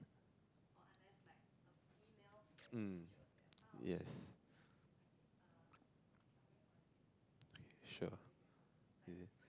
um yes sure